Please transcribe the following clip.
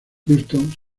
houston